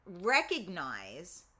recognize